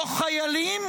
לא חיילים,